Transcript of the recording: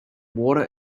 water